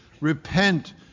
Repent